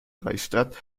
reichsstadt